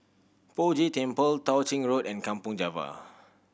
Poh Jay Temple Tao Ching Road and Kampong Java